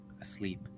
asleep